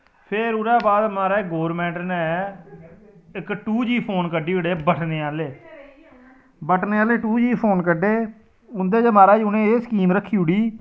फिर ओहदे बाद महाराज गौरमेंट ने इक टू जी फोन कड्ढी ओड़े बटने आह्ले बटने आह्ले टू जी फोन कड्ढे उन्दे च महाराज उ'नें एह् स्कीम रक्खी ओड़ी